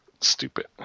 stupid